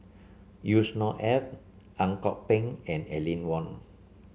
Yusnor Ef Ang Kok Peng and Aline Wong